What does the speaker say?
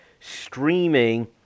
streaming